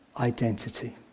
identity